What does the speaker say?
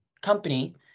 company